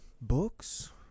books